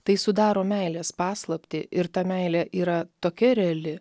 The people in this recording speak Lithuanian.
tai sudaro meilės paslaptį ir ta meilė yra tokia reali